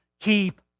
keep